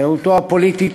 חירותו הפוליטית,